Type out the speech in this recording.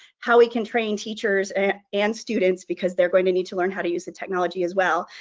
how we can train teachers and students, because they're going to need to learn how to use the technology as well,